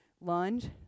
Lunge